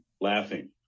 laughing